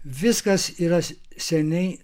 viskas yra seniai